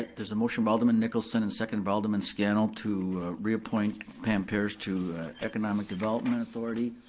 there's a motion by alderman nicholson and seconded by alderman scannell to reappoint pam parish to economic development authority.